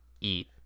eat